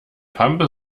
pampe